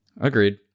Agreed